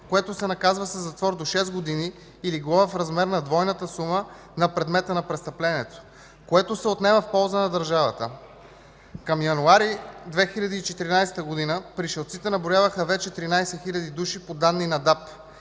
което се наказва със затвор до шест години или глоба в размер на двойната сума на предмета на престъплението, което се отнема в полза на държавата. Към месец януари 2014 г. пришълците наброяваха вече 13 хил. души по данни на